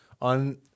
on